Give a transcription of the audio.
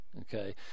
Okay